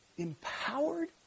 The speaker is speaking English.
empowered